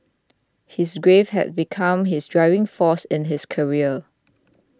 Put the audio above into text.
his grief had become his driving force in his career